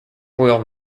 royal